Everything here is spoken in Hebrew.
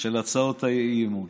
של הצעות האי-אמון.